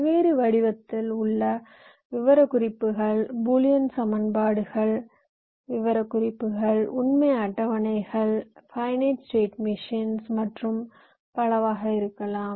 பல்வேறு வடிவத்தில் உள்ள விவரக்குறிப்புகள் பூலியன் சமன்பாடுகள் விவரக்குறிப்புகள் உண்மை அட்டவணைகள் பைநைட் ஸ்கேட் மிஷின்ஸ் மற்றும் பலவாக இருக்கலாம்